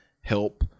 help